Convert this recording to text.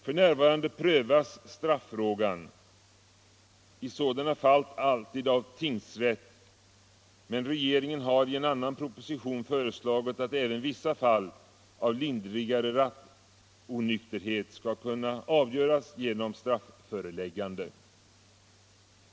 F.n. prövas straffrågan i sådana fall alltid av tingsrätt, men regeringen har i en annan proposition föreslagit att även vissa fall av lindrigare rattonykterhet skall kunna avgöras genom strafföreläggande.